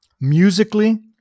musically